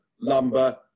lumber